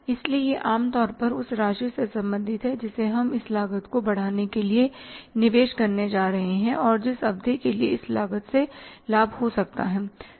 इसलिए यह आम तौर पर उस राशि से संबंधित है जिसे हम इस लागत को बढ़ाने के लिए निवेश करने जा रहे हैं और जिस अवधि के लिए इस लागत से लाभ हो सकता है